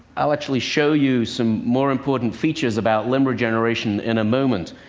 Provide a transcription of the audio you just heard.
i'll actually show you some more important features about limb regeneration in a moment.